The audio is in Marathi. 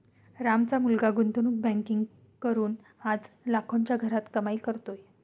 रामचा मुलगा गुंतवणूक बँकिंग करून आज लाखोंच्या घरात कमाई करतोय